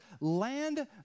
land